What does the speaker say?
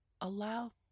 allow